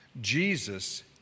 Jesus